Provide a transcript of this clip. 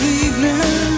evening